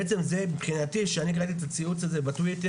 בעצם זה מבחינתי כשאני קראתי את הציוץ הזה בטוויטר,